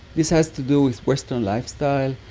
this has to do with western lifestyles,